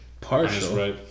Partial